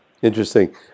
Interesting